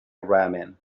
ramen